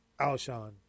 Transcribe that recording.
Alshon